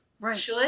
Right